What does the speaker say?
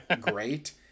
great